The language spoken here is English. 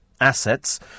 assets